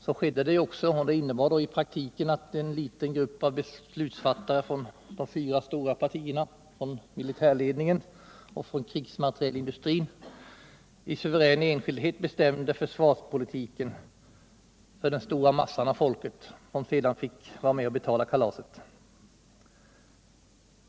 Så skedde också, och det innebar i praktiken att en liten grupp av beslutsfattare från de fyra stora partierna, från militärledningen och från krigsmaterielindustrin i suverän enskildhet bestämde försvarspolitiken för den stora massan av folket, som sedan fick vara med och betala kalaset.